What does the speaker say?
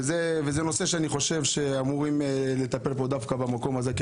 וזה נושא שאני חושב שאמורים לטפל בו דווקא במקום הזה,